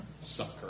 Sucker